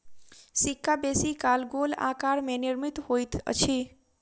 सिक्का बेसी काल गोल आकार में निर्मित होइत अछि